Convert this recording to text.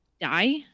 die